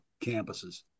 campuses